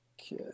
Okay